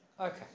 okay